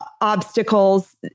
obstacles